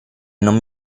non